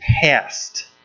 Past